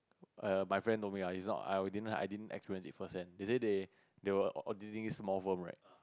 err my friend told me ah is not I didn't I didn't experience it first hand they say they they were auditing this small firm right